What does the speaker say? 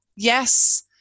Yes